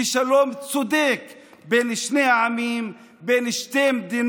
ואני באופן עקרוני לגמרי בעד שבית המשפט ינהג בדחילו